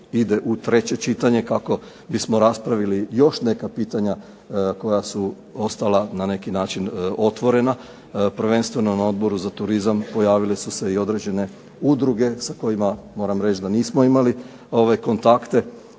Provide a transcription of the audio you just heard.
ide u treće čitanje, kako bismo raspravili još neka pitanja koja su ostala na neki način otvorena, prvenstveno na Odboru za turizam pojavile su se i određene udruge sa kojima moram reći da nismo imali kontakte